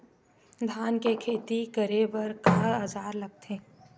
धान के खेती करे बर का औजार लगथे?